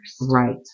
Right